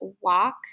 walk